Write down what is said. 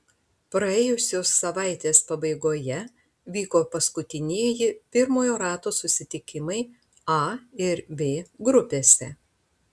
praėjusios savaitės pabaigoje vyko paskutinieji pirmojo rato susitikimai a ir b grupėse